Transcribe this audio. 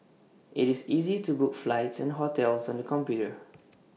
IT is easy to book flights and hotels on the computer